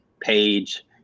page